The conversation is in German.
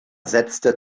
setzte